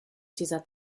dieser